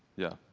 yeah,